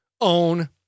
own